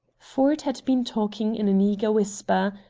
ford had been talking in an eager whisper.